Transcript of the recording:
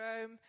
Rome